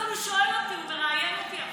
אבל הוא שואל אותי, הוא מראיין אותי עכשיו.